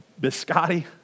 biscotti